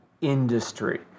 industry